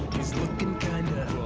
he's lookin' kinda